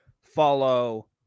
follow